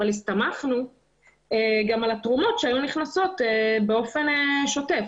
אבל הסתמכנו גם על התרומות שהיו נכנסות באופן שוטף,